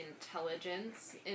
intelligence